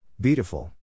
Beautiful